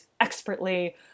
expertly